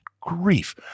grief